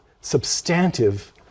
substantive